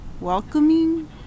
welcoming